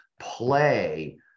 play